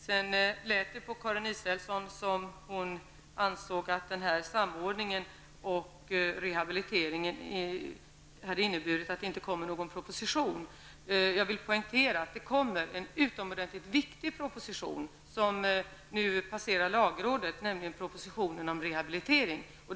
Det lät på Karin Israelsson som om hon ansåg att samordningen och rehabiliteringen skulle innebära att det inte kommer någon proposition. Jag vill poängtera att det kommer en utomordentligt viktig proposition som nu passerar lagrådet, nämligen propositionen om rehabilitering.